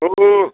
औ